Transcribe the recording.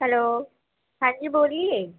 hello ہاں جی بولیے